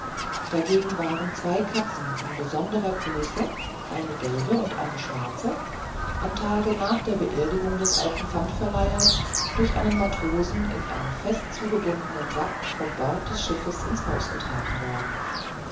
dagegen waren zwei katzen von besonderer größe eine gelbe und eine schwarze am tage nach der beerdigung des alten pfandverleihers durch einen matrosen in einem fest zugebundenen sack vom bord des schiffes ins haus getragen worden